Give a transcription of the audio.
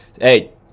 hey